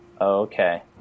Okay